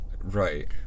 Right